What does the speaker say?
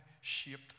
shaped